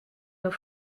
nos